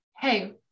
hey